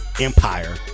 empire